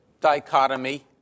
dichotomy